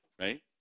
right